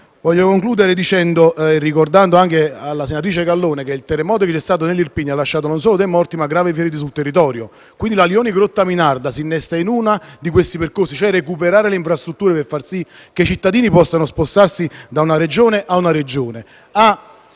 In conclusione, vorrei ricordare alla senatrice Gallone che il terremoto che c'è stato in Irpinia ha lasciato non solo dei morti, ma gravi ferite sul territorio, quindi la Lioni-Grottaminarda si innesta in uno di questi percorsi, per recuperare le infrastrutture e per far sì che i cittadini possano spostarsi da una Regione all'altra.